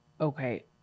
Okay